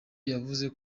yavuze